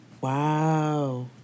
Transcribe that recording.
Wow